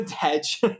hedge